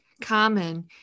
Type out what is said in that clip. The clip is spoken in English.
common